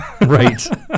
Right